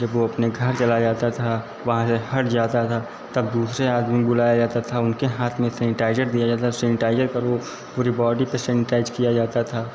जब वो अपने घर चला जाता था वहां से हट जाता था तब दूसरे आदमी को बुलाया जाता था उनके हाथ में सैनिटाइजर दिया जाता सैनिटाइजर करो पूरी बॉडी पे सैनिटाइज किया जाता था